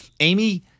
Amy